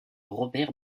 robert